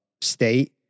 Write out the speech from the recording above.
state